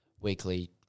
weekly